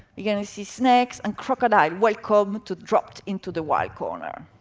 you're going to see snakes, and crocodiles. welcome to dropped into the wild corner.